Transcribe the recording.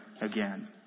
again